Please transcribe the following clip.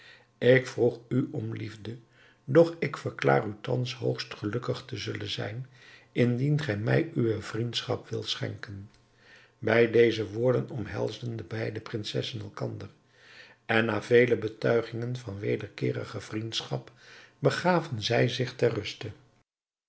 ik vroeg u om liefde doch ik verklaar u thans hoogst gelukkig te zullen zijn indien gij mij uwe vriendschap wilt schenken bij deze woorden omhelsden de beide prinsessen elkander en na vele betuigingen van wederkeerige vriendschap begaven zij zich ter ruste